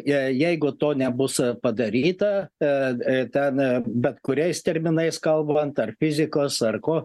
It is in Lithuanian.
jei jeigu to nebus padaryta pe e ten bet kuriais terminais kalbant ar fizikos ar ko